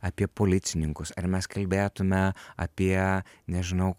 apie policininkus ar mes kalbėtume apie nežinau